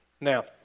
Now